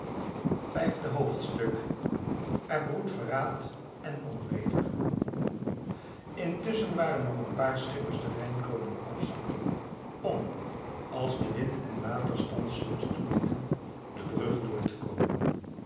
vijfde hoofdstuk er broedt verraad en onweder intusschen waren nog een paar schippers den rijn komen afzakken om als wind en waterstand zulks toelieten de brug door te komen